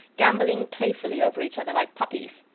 gambolling playfully over each other like puppies.